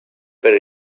per